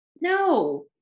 No